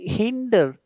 hinder